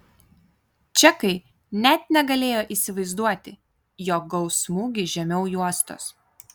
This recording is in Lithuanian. čekai net negalėjo įsivaizduoti jog gaus smūgį žemiau juostos